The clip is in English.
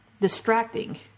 distracting